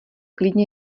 klidně